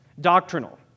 doctrinal